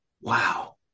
wow